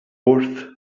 worth